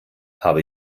habe